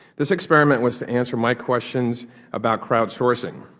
this experiment was to answer my questions about crowd sourcing.